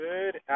Good